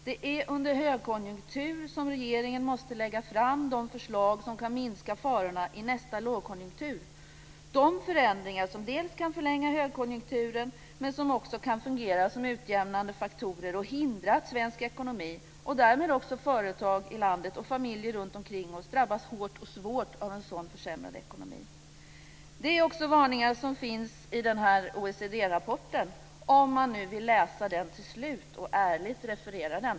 Det är under högkonjunktur som regeringen måste lägga fram de förslag som kan minska farorna i nästa lågkonjunktur, de förändringar som dels kan förlänga högkonjunkturen, dels fungera som utjämnande faktorer och hindra att svensk ekonomi, och därmed också företag i landet och familjer runtomkring oss, drabbas hårt och svårt av en sådan försämrad ekonomi. Det är också varningar som finns i den här OECD-rapporten, om man nu vill läsa den till slut och ärligt referera den.